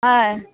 ஆ